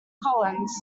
collins